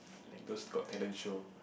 like those Got Talent show